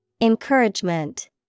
Encouragement